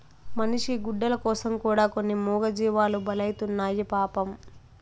మనిషి గుడ్డల కోసం కూడా కొన్ని మూగజీవాలు బలైతున్నాయి పాపం